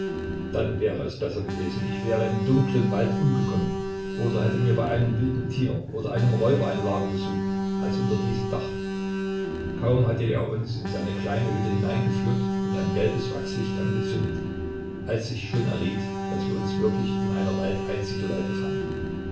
dann wäre es besser gewesen ich wäre im dunklen wald umgekommen oder hätte mir bei einem wilden tier oder einem räuber ein lager gesucht als unter diesem dache kaum hatte er uns in seine kleine hütte hineingeführt und ein gelbes wachslicht angezündet als ich schon erriet daß wir uns wirklich in einer waldeinsiedelei befanden